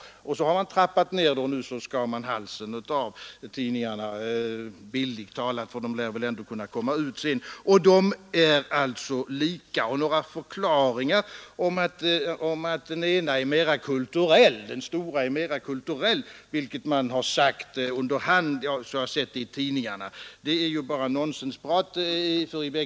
Sedan dess har man trappat ner bidraget, och nu skar man halsen av tidskrifterna, bildligt talat — för de lär väl ändå kunna komma ut. De är alltså lika, och förklaringar om att den stora är mera kulturell — vilket man har sagt under hand; jag har sett det i tidningarna — är bara nonsensprat.